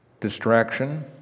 distraction